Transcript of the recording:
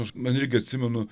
aš man irgi atsimenu